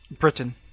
Britain